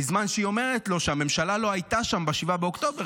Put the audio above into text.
בזמן שהיא אומרת לו שהממשלה לא הייתה שם ב-7 באוקטובר,